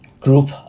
group